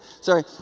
Sorry